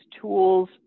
tools